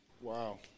Wow